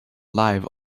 live